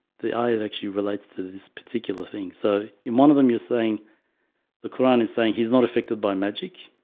the i acctually relates to this particular thing. so in one of them you're saying the quran is saying he's not affected by magic